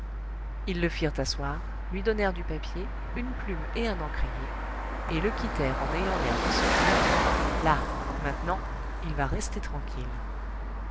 ils le firent asseoir lui donnèrent du papier une plume et un encrier et le quittèrent en ayant l'air de se dire là maintenant il va rester tranquille